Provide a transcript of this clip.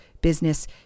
business